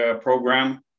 program